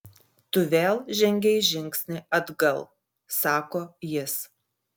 tu vėl žengei žingsnį atgal sako jis